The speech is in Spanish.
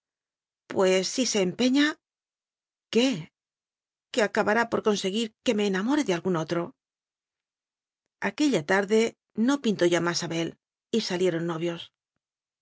pues si se empeña qué que acabará por conseguir que me ena more de algún otro aquella tarde no pintó ya más abel y salieron novios